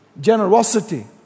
Generosity